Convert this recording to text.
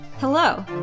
hello